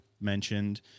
mentioned